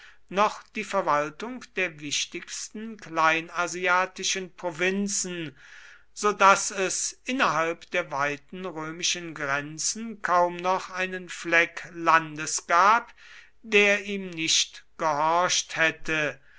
noch die verwaltung der wichtigsten kleinasiatischen provinzen so daß es innerhalb der weiten römischen grenzen kaum noch einen fleck landes gab der ihm nicht gehorcht hätte